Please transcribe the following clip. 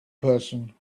person